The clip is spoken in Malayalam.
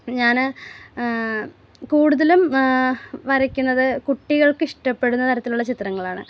ഞാൻ കൂടുതലും വരയ്ക്കുന്നത് കുട്ടികൾക്ക് ഇഷ്ടപ്പെടുന്ന തരത്തിലുള്ള ചിത്രങ്ങളാണ്